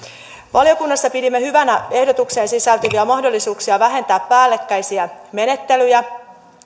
valiokunnassa pidimme hyvänä ehdotukseen sisältyviä mahdollisuuksia vähentää päällekkäisiä menettelyjä